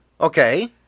Okay